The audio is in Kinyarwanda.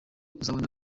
uzabona